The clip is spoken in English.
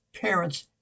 parents